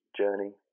journey